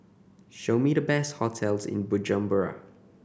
show me the best hotels in Bujumbura